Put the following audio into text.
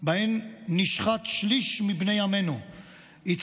ובהם שליש מבני עמנו שנשחטו,